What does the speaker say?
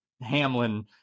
hamlin